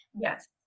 Yes